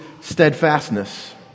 steadfastness